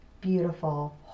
beautiful